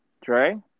Dre